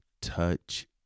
touch